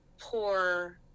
poor